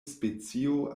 specio